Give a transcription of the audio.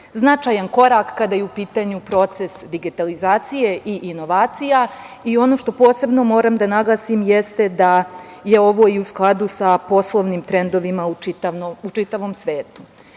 Značajan korak kada je u pitanju proces digitalizacije i inovacija i ono što posebno moram da naglasim jeste da je ovo i u skladu sa poslovnim trendovima u čitavom svetu,